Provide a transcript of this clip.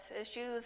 issues